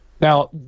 now